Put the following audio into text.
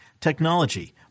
technology